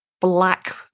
black